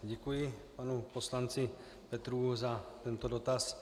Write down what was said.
Děkuji panu poslanci Petrů za tento dotaz.